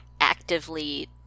actively